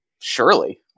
surely